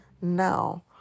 now